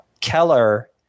Keller